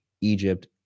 Egypt